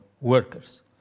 workers